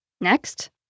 next